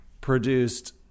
produced